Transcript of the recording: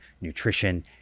nutrition